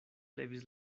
levis